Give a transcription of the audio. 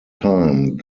time